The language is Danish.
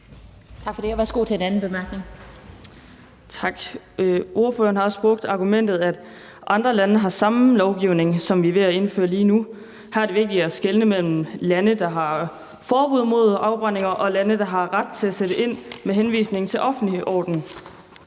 18:21 Helena Artmann Andresen (LA): Tak. Ordføreren har også brugt argumentet om, at andre lande har samme lovgivning, som vi er ved at indføre lige nu. Her er det vigtigt at skelne mellem lande, der har forbud mod afbrændinger, og lande, der har ret til at sætte ind med henvisning til den offentlige orden.